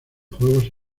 juegos